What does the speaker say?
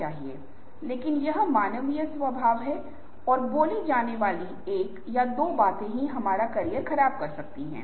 बाल्टी आपका उपलब्ध समय है चट्टान पत्थर रेत पानी बाल्टी को छोड़कर चारों तत्व काम हैं